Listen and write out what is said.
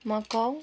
Macau